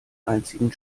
einzigen